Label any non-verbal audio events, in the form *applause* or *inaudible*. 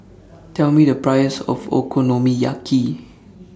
*noise* Tell Me The Price of Okonomiyaki